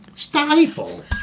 Stifle